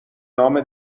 نام